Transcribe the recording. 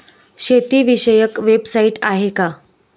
शेतीविषयक वेबसाइट आहे का?